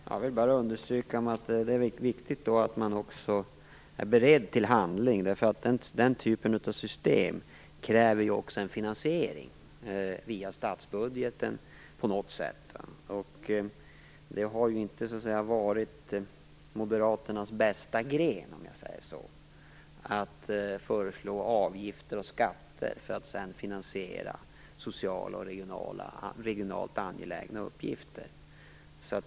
Fru talman! Jag vill bara understryka att det är viktigt att man då också är beredd till handling. Den typen av system kräver ju också en finansiering via statsbudgeten på något sätt. Det har ju inte varit moderaternas bästa gren att föreslå avgifter och skatter för att sedan finansiera sociala och regionalt angelägna uppgifter.